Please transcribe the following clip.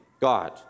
God